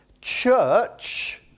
Church